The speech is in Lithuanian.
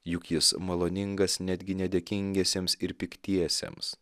juk jis maloningas netgi nedėkingiesiems ir piktiesiems